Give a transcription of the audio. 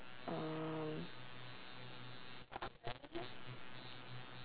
um